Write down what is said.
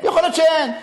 ויכול להיות שאין,